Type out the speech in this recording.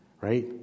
right